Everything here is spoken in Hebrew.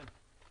כן.